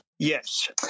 Yes